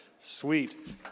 sweet